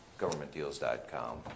governmentdeals.com